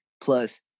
plus